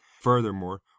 Furthermore